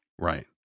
Right